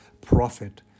prophet